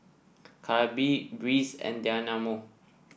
Calbee Breeze and Dynamo